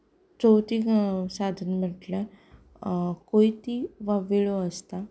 चवथें साधन म्हणल्यार कोयती वा वेळो आसता